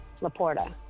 Laporta